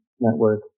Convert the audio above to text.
Network